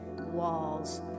walls